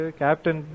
captain